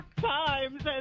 times